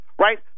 right